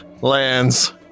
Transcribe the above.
lands